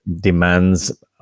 demands